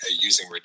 using